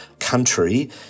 country